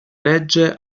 legge